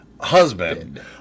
husband